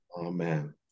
Amen